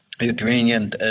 ukrainian